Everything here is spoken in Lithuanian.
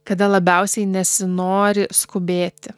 kada labiausiai nesinori skubėti